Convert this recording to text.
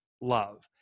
love